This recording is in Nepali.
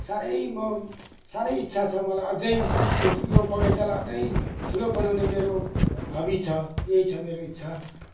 साह्रै म साह्रै इच्छा छ मलाई अझ म ठु यो बगैँचालाई अझ ठुलो बनाउने मेरो हभी छ यही छ मेरो इच्छा